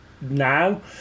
Now